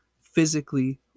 physically